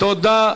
תודה.